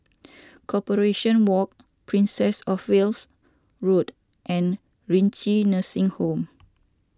Corporation Walk Princess of Wales Road and Renci Nursing Home